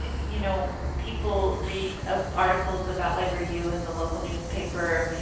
you know people read ah articles about libraryyou in the local newspaper.